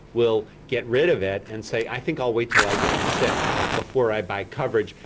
will get rid of it and say i think i'll wait until i get sick before i buy coverage,